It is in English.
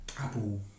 Apple